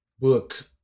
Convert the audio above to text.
book